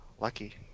Lucky